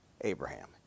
Abraham